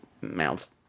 mouth